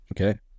Okay